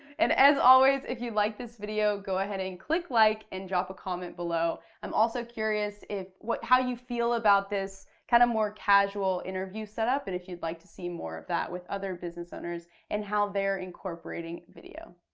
and as always if you like this video go ahead and click like and drop a comment below. i'm also curious if how you feel about this kind of more casual interview setup and if you'd like to see more of that with other business owners and how they're incorporating video.